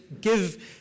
give